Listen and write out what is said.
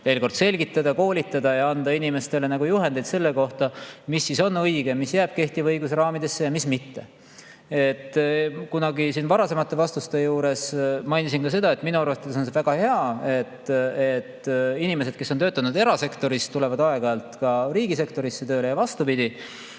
kord selgitada, koolitada ja anda inimestele juhendeid selle kohta, mis on õige ning jääb kehtiva õiguse raamidesse ja mis mitte. Varasema vastuse juures mainisin ka seda, et minu arvates on see väga hea, et inimesed, kes on töötanud erasektoris, tulevad aeg-ajalt riigisektorisse tööle ja vastupidi.